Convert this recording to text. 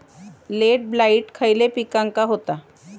Late blight खयले पिकांका होता?